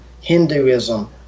Hinduism